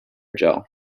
gel